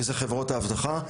וזה חברות האבטחה,